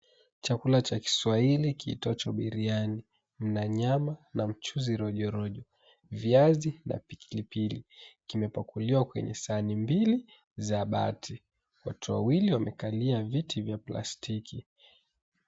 Chakula cha kiswahili kiitwacho biriani na nyama na mchuuzi rojorojo. Viazi na pilipili, kimepakuliwa kwenye sahani mbili za bati watoto wawili wamekalia viti vya plastiki.